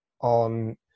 on